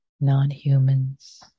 non-humans